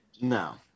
no